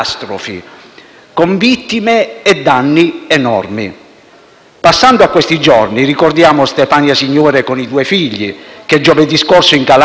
Passando a questi giorni, ricordiamo Stefania Signore con i due figli che, giovedì scorso, in Calabria, è stata travolta e uccisa dalla furia dell'acqua e dell'incuria dell'uomo.